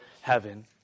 heaven